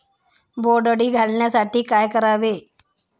बोंडअळी घालवण्यासाठी काय करावे?